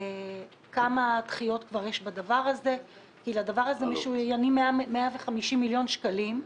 כמה דחיות היו לזה כבר כי משוריינים לזה 150 מיליון שקלים.